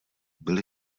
byli